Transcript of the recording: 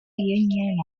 union